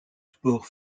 sport